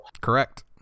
Correct